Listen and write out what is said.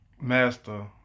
Master